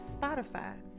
Spotify